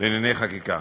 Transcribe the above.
לענייני חקיקה.